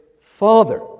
Father